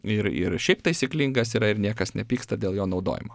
ir ir šiaip taisyklingas yra ir niekas nepyksta dėl jo naudojimo